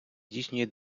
здійснює